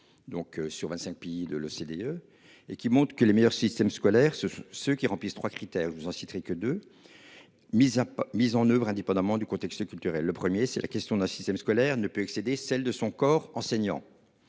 donc sur 25 pays de l'OCDE et qui monte que les meilleurs systèmes scolaire ce sont ceux qui remplissent 3 critères vous en citerai que de. Mise à part mise en oeuvre indépendamment du contexte culturel le 1er c'est la question d'un système scolaire ne peut excéder celle de son corps enseignant.